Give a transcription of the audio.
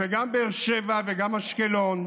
זה גם באר שבע וגם אשקלון,